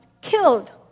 killed